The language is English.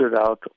out